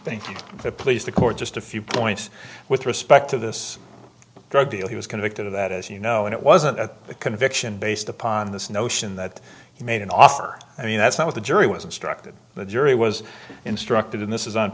thank you please the court just a few points with respect to this drug deal he was convicted of that as you know and it wasn't a conviction based upon this notion that he made an offer i mean that's what the jury was instructed the jury was instructed in this is on